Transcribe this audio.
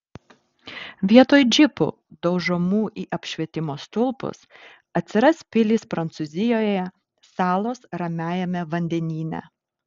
vietoj džipų daužomų į apšvietimo stulpus atsiras pilys prancūzijoje salos ramiajame vandenyne